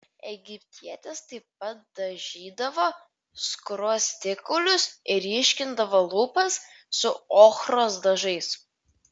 egiptietės taip pat dažydavo skruostikaulius ir ryškindavo lūpas su ochros dažais